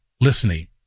listening